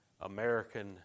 American